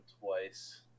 twice